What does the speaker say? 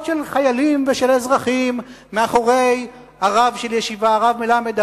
של חיילים ושל אזרחים מאחורי הרב מלמד,